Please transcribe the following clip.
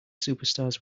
superstars